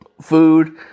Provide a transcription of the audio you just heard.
food